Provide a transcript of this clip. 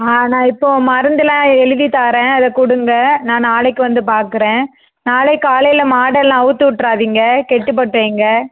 ஆ நான் இப்போது மருந்தெலாம் எழுதித் தரேன் அதை கொடுங்க நான் நாளைக்கு வந்து பார்க்குறேன் நாளைக்கு காலையில் மாடெல்லாம் அவித்து விட்றாதீங்க கட்டிப்போட்டு வைங்க